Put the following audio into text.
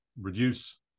reduce